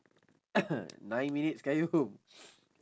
nine minutes qayyum